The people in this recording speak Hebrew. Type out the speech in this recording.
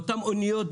באותן אוניות,